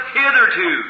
hitherto